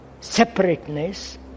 separateness